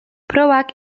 probak